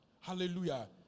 Hallelujah